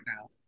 now